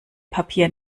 papier